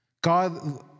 God